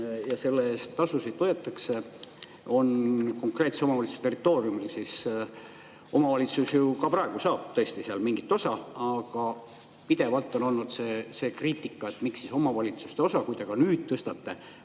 ja selle eest tasusid võetakse, on konkreetse omavalitsuse territooriumil, siis … Omavalitsus ju ka praegu saab sealt mingi osa. Aga pidevalt on olnud see kriitika, et miks siis omavalitsuste osa kuidagi tõsta ei